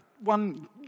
one